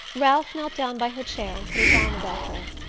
ralph knelt down by her chair and put his arm about her.